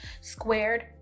squared